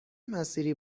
مسیری